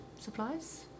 supplies